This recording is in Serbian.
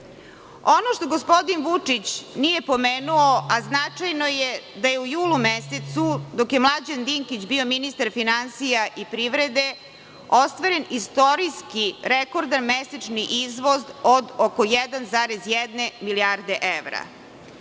što gospodin Vučić nije pomenuo, a značajno je, da je u julu mesecu, dok je Mlađan Dinkić bio ministar finansija i privrede ostvaren istorijski rekordan mesečni izvoz od oko 1,1 milijarde evra.